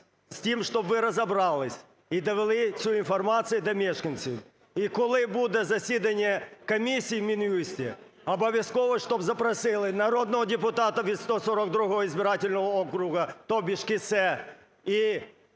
з тим, щоб ви розібрались і довели цю інформацію до мешканців. І коли буде засідання комісії у Мін'юсті, обов'язково, щоб запросили народного депутата від 142 избирательного округа, то бишь